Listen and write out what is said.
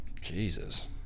jesus